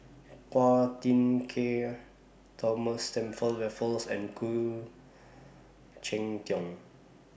Phua Thin Kiay Thomas Stamford Raffles and Khoo Cheng Tiong